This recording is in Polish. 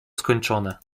skończone